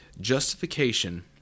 Justification